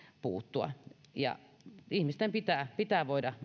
puuttua ihmisten pitää pitää voida